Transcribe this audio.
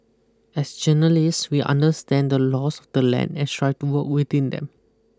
as journalists we understand the laws of the land and strive to work within them